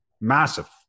Massive